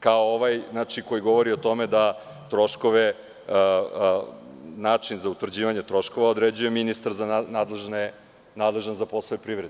kao ovaj koji govori o tome da način za utvrđivanje troškova određuje ministar nadležan za poslove privrede.